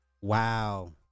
wow